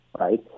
right